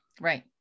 right